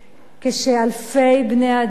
כשאלפי בני-אדם